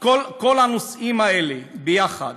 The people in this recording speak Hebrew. כל הנושאים האלה יחד,